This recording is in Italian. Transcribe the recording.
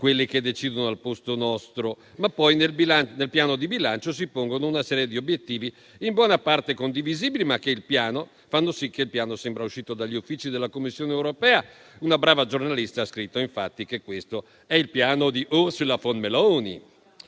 coloro che decidono al posto nostro, ma poi nel Piano si pongono una serie di obiettivi in buona parte condivisibili, ma che fanno sì che il documento sembri uscito dagli uffici della Commissione europea. Una brava giornalista ha scritto che questo è il piano di "Ursula von Meloni".